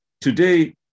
today